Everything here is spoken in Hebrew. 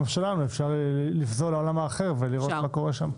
שלנו אפשר לפזול לעולם האחר ולראות מה קורה שם.